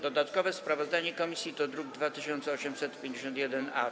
Dodatkowe sprawozdanie komisji to druk nr 2851-A.